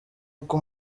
uko